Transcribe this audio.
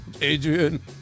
Adrian